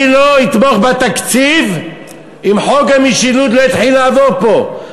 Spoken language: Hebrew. אני לא אתמוך בתקציב אם חוק המשילות לא יתחיל לעבור פה,